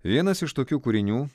vienas iš tokių kūrinių